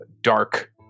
dark